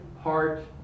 heart